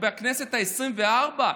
בכנסת העשרים-וארבע?